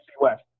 West